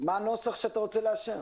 מה הנוסח שאתה רוצה לאשר?